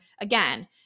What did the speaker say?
again